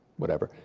whatever.